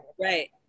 Right